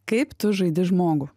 kaip tu žaidi žmogų